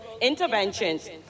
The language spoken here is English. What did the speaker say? interventions